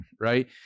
right